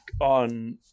on